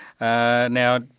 Now